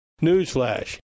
Newsflash